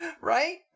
right